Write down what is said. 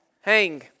Hang